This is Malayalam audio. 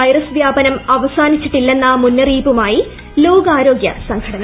വൈറസ് വ്യാപനം അവസാനിച്ചിട്ടില്ലെന്ന് മുന്നറിയിപ്പുമായി ലോകാരോഗൃ സംഘടന